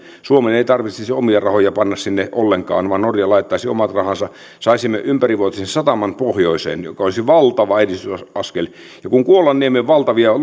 suomen ei tarvitsisi omia rahoja panna sinne ollenkaan vaan norja laittaisi omat rahansa saisimme ympärivuotisen sataman pohjoiseen joka olisi valtava edistysaskel kun kuolan niemimaan valtavia